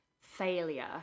failure